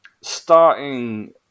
Starting